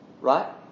Right